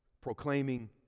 proclaiming